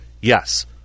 yes